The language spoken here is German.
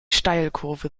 steilkurve